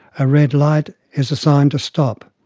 a red light is a sign to stop.